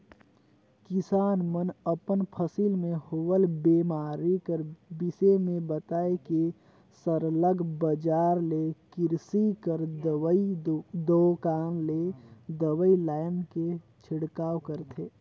किसान मन अपन फसिल में होवल बेमारी कर बिसे में बताए के सरलग बजार ले किरसी कर दवई दोकान ले दवई लाएन के छिड़काव करथे